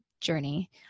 journey